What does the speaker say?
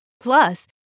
Plus